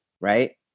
right